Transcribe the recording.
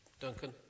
Duncan